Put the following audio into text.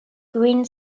green